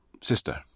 sister